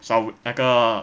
sound re~ 那个